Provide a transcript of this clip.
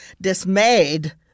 dismayed